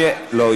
אני